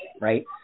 right